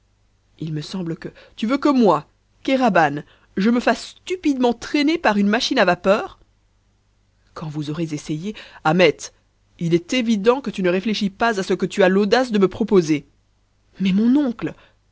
il me semble que tu veux que moi kéraban je me fasse stupidement traîner par une machine à vapeur quand vous aurez essayé ahmet il est évident que tu ne réfléchis pas à ce que tu as l'audace de me proposer mais mon oncle